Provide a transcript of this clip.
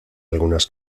algunas